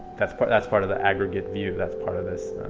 that's part that's part of the aggregate view. that's part of this